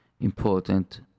important